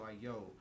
yo